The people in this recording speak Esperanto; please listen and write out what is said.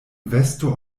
vesto